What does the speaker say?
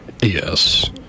Yes